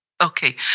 Okay